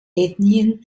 ethnien